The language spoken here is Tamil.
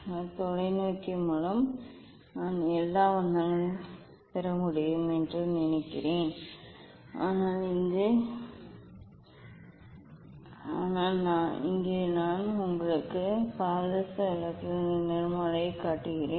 ஆனால் தொலைநோக்கி மூலம் நான் எல்லா வண்ணங்களையும் காண முடியும் என்று நினைக்கிறேன் ஆனால் இங்கே நான் உங்களுக்கு பாதரச விளக்குகளின் நிறமாலையைக் காட்டுகிறேன்